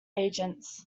agents